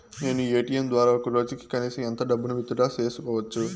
నేను ఎ.టి.ఎం ద్వారా ఒక రోజుకి కనీసం ఎంత డబ్బును విత్ డ్రా సేసుకోవచ్చు?